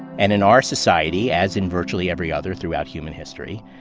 and in our society, as in virtually every other throughout human history,